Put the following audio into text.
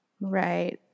Right